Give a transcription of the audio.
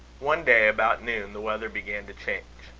one day, about noon, the weather began to change.